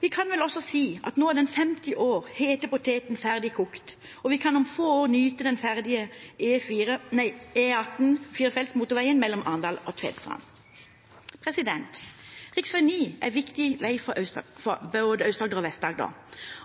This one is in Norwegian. Vi kan vel også si at nå er den 50 år gamle hete poteten ferdig kokt, og vi kan om få år nyte den ferdige firefelts motorveien mellom Arendal og Tvedestrand. Rv. 9 er en viktig vei for både Aust-Agder og Vest-Agder,